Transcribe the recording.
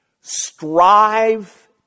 strive